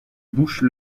bouche